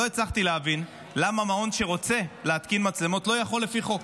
לא הצלחתי להבין למה מעון שרוצה להתקין מצלמות לא יכול לפי חוק.